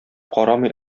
карамый